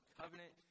covenant